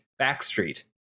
backstreet